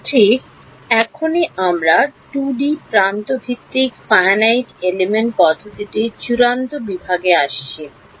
ঠিক এখনই আমরা 2D প্রান্ত ভিত্তিক ফাইনাইট এলিমেন্ট পদ্ধতিটির চূড়ান্ত বিভাগে আসছি